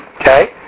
Okay